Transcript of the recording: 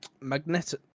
magnetic